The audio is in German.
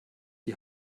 die